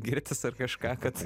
girtis ar kažką kad